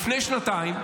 לפני שנתיים,